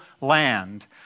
land